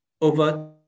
over